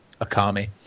Akami